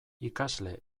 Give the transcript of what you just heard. ikasle